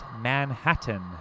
Manhattan